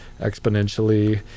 exponentially